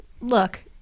look